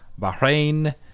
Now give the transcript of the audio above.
Bahrain